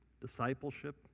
discipleship